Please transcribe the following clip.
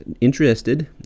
interested